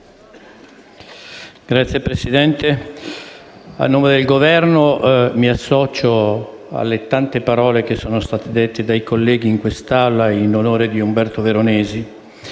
Signor Presidente, a nome del Governo mi associo alle tante parole che sono state dette dai colleghi in quest'Assemblea in onore di Umberto Veronesi.